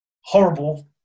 horrible